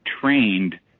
trained